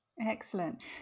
Excellent